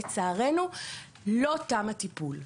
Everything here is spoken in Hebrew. לצערנו לא תם הטיפול.